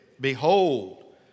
behold